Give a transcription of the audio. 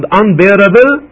unbearable